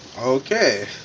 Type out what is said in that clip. Okay